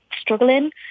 struggling